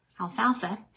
alfalfa